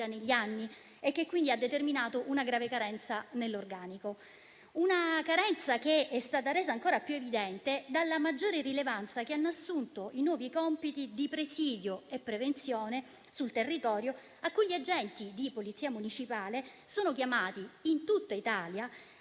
negli anni e che ha quindi determinato una grave carenza nell'organico. Una carenza che è stata resa ancora più evidente dalla maggiore rilevanza che hanno assunto i nuovi compiti di presidio e prevenzione sul territorio che gli agenti di Polizia municipale sono chiamati in tutta Italia